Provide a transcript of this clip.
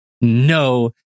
no